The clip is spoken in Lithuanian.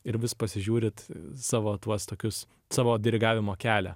ir vis pasižiūrit savo tuos tokius savo dirigavimo kelią